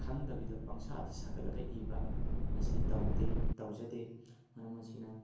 ꯈꯪꯗꯕꯤꯗ ꯄꯪꯁꯥꯗ ꯁꯥꯒꯠꯂꯒ ꯏꯕ ꯑꯁꯤ ꯇꯧꯗꯦ ꯇꯧꯖꯥꯗꯦ ꯃꯔꯝ ꯑꯁꯤꯅ